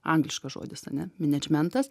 angliškas žodis ane menedžmentas